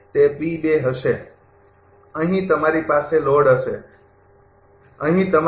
તે હશે અહીં તમારી પાસે લોડ હશે અહીં તમારો